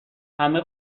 همه